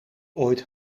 ooit